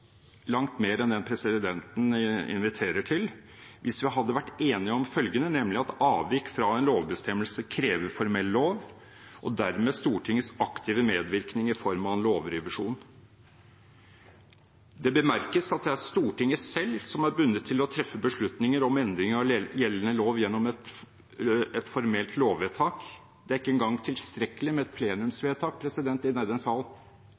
langt mer enn den presidenten inviterer til – hvis vi hadde vært enige om følgende, nemlig at avvik fra en lovbestemmelse krever formell lov, og dermed Stortingets aktive medvirkning i form av en lovrevisjon. Det bemerkes at det er Stortinget selv som er bundet til å treffe beslutninger om endring av gjeldende lov gjennom et formelt lovvedtak. Det er ikke engang tilstrekkelig med et plenumsvedtak i denne sal.